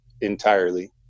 entirely